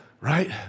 right